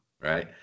Right